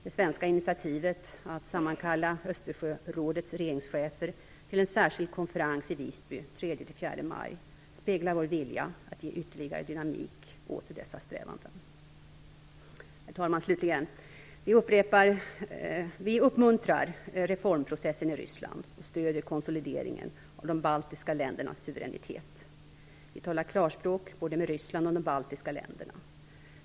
Det svenska initiativet att sammankalla Östersjörådets regeringschefer till en särskild konferens i Visby den 3-4 maj speglar vår vilja att ge ytterligare dynamik åt dessa strävanden. Herr talman! Vi uppmuntrar reformprocessen i Ryssland och stöder konsolideringen av de baltiska ländernas suveränitet. Vi talar klarspråk både med Ryssland och med de baltiska länderna.